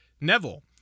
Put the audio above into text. Neville